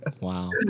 wow